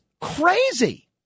crazy